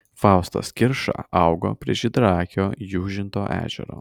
faustas kirša augo prie žydraakio jūžinto ežero